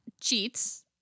cheats